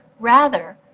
rather,